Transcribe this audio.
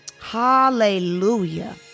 hallelujah